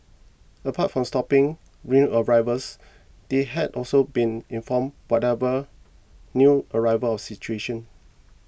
apart from stopping new arrivals they had also been inform whatever new arrivals of situation